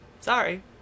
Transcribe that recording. Sorry